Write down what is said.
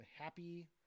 happy